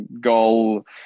goal